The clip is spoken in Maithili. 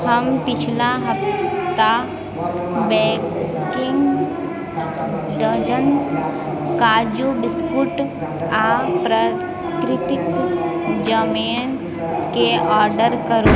हमर पछिला सप्ताहक दऽ बेकर्स डज़न काजू बिस्कुट आ प्राकृतिक जमैन केँ ऑर्डर करू